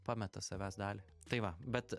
pameta savęs dalį tai va bet